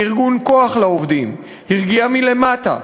מארגון "כוח לעובדים”, הגיעה מלמטה.